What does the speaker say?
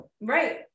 Right